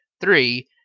Three